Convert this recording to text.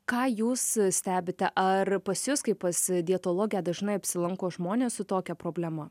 ką jūs stebite ar pas jus kaip pas dietologę dažnai apsilanko žmonės su tokia problema